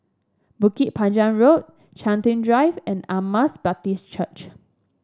Bukit Panjang Road Chiltern Drive and Emmaus Baptist Church